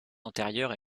antérieure